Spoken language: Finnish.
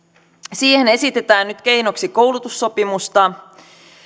siihen esitetään nyt keinoksi koulutussopimusta ja